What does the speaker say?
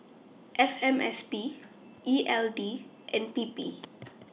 F M S P E L D and P P